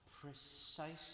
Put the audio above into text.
precisely